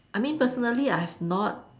I mean personally I have not